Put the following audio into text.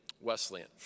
Wesleyan